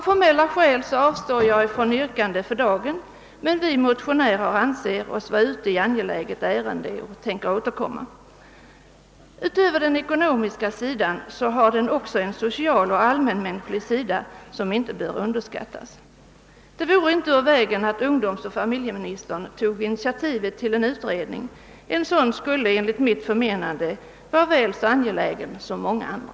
Av formella skäl avstår jag för dagen från att ställa något yrkande, men vi motionärer anser Oss vara ute i angeläget ärende och tänker återkomma. Utöver den ekonomiska sidan har saken också en social och allmänmänsklig sida, vars betydelse inte bör underskattas. Det vore inte ur vägen att ungdomsoch familjeministern tog initiativet till en utredning av frågan — en sådan skulle enligt mitt förmenande vara väl så angelägen som många andra.